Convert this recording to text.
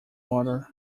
water